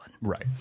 right